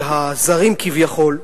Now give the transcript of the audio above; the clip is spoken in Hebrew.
של הזרים כביכול,